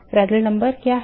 Prandtl number क्या है